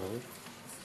ברור.